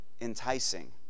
enticing